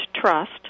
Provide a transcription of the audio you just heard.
trust